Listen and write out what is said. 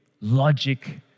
logic